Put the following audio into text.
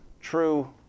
True